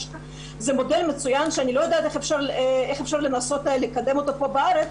זה מודל מצוין שאני לא יודעת איך אפשר לנסות לקדם אותו פה בארץ.